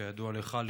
כידוע לך,